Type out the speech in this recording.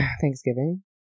Thanksgiving